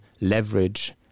leverage